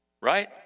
right